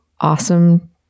awesome